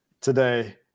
today